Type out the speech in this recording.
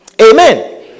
Amen